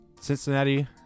Cincinnati